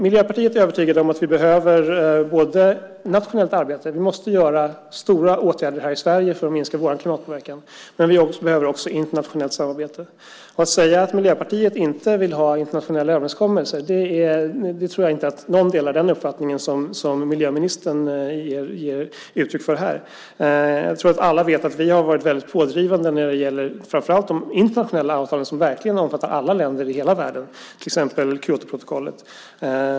Miljöpartiet är övertygat om att vi behöver nationellt arbete. Vi måste vidta stora åtgärder här i Sverige för att minska vår klimatpåverkan. Men vi behöver också internationellt samarbete. Jag tror inte att någon delar den uppfattning som miljöministern ger uttryck för här när han säger att Miljöpartiet inte vill ha internationella överenskommelser. Jag tror att alla vet att vi har varit pådrivande framför allt när det gäller de internationella avtal som verkligen omfattar alla länder i hela världen, till exempel Kyotoprotokollet.